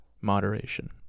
Moderation